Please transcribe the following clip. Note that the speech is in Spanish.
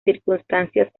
circunstancias